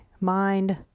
mind